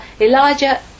Elijah